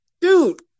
dude